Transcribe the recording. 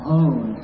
own